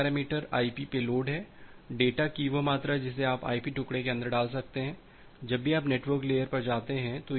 पहला parameter IP payload है data की वह मात्रा जिसे आप आईपी टुकड़े के अंदर डाल सकते हैं जब भी आप नेटवर्क लेयर पर जाते हैं